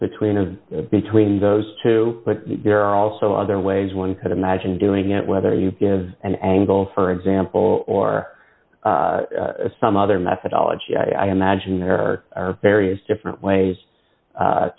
between between those two but there are also other ways one could imagine doing it whether you give an angle for example or some other methodology i imagine there are various different ways